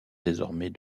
désormais